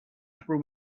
upper